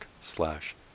slash